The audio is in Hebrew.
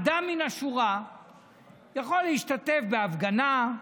אדם מן השורה יכול להשתתף בהפגנה,